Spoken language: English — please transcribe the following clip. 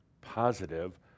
positive